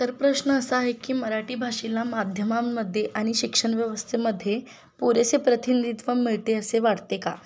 तर प्रश्न असा आहे की मराठी भाषेला माध्यमांमध्ये आणि शिक्षनव्यवस्थेमध्ये पुरेसे प्रतिनिधित्व मिळते असे वाटते का